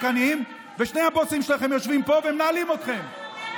ושני הבוסים שלכם יושבים פה ומנהלים אתכם.